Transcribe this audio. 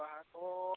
ᱵᱟᱦᱟ ᱠᱚ